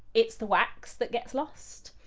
it's the wax that gets lost.